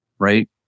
right